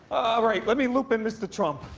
right. let me loop in mr. trump.